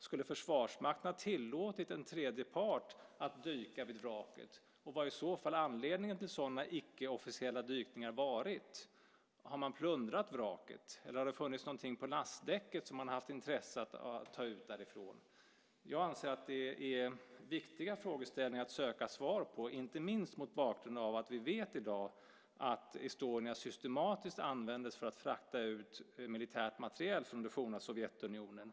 Skulle Försvarsmakten ha tillåtit en tredje part att dyka vid vraket? Vad har i så fall anledningen till sådana icke officiella dykningar varit? Har man plundrat vraket, eller har det funnits någonting på lastdäcket som man har haft intresse av att ta ut därifrån? Jag anser att detta är viktiga frågeställningar att söka svar på, inte minst mot bakgrund av att vi i dag vet att Estonia systematiskt användes för att frakta ut militär materiel från det forna Sovjetunionen.